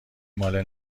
ماله